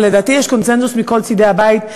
ולדעתי יש קונסנזוס בכל צדי הבית,